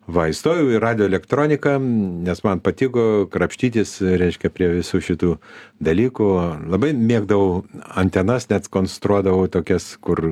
va įstojau į radijo elektroniką nes man patiko krapštytis reiškia prie visų šitų dalykų labai mėgdavau antenas net konstruodavau tokias kur